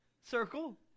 circle